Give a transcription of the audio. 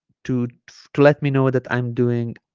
to to let me know that i'm doing